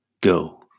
Go